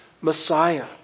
Messiah